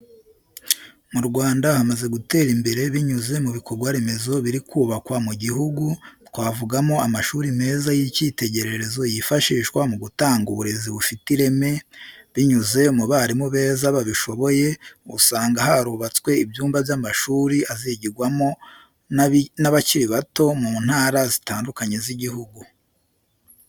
Mu Rwanda hamaze gutera imbere binyuze mu bikorwaremezo biri kubakwa mu gihugu, twavugamo amashuri meza y'ikitegererezo yifashishwa mu gutanga uburezi bufite ireme, binyuze mu barimu beza babishoboye, usanga harubatswe ibyumba by'amashuri azigirwamo n'abakiri bato mu ntara zitandukanye z'igihugu.